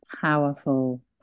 Powerful